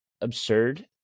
absurd